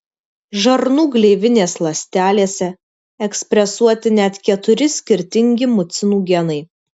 žarnų gleivinės ląstelėse ekspresuoti net keturi skirtingi mucinų genai